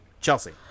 Chelsea